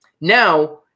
Now